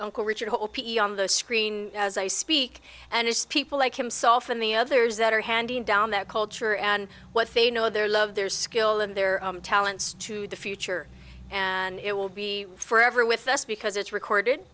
a richer hope on the screen as i speak and it's people like himself and the others that are handing down that culture and what they know their love their skill and their talents to the future and it will be forever with us because it's recorded